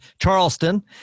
Charleston